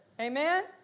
Amen